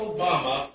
Obama